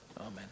Amen